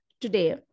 today